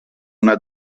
una